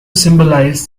symbolize